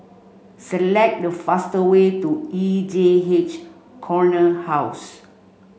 select the fastest way to E J H Corner House